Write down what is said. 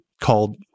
called